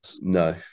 No